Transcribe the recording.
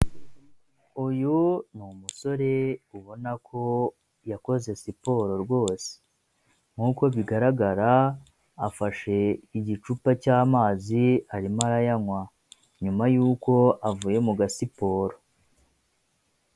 Uyu ni umusore ubona ko yakoze siporo rwose. Nk'uko bigaragara, afashe igicupa cy'amazi, arimo arayanywa. Nyuma y'uko avuye mu gasiporo.